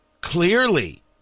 Clearly